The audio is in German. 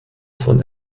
von